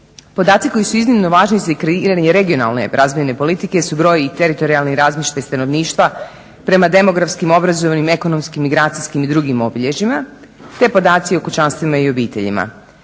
Podaci koji su iznimno važni za kreiranje regionalne razvojne politike su broj i teritorijalni razmještaj stanovništva prema demografskim, obrazovnim, ekonomskim, migracijskim i drugim obilježjima te podaci o kućanstvima i obiteljima.